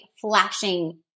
flashing